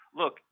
look